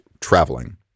traveling